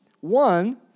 One